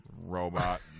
Robot